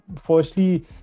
Firstly